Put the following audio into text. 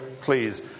please